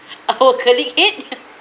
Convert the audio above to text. our colleague's head